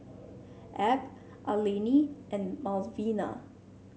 Abb Alani and Malvina